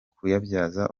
kuyabyaza